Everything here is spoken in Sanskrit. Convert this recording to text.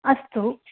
अस्तु